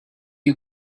you